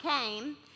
came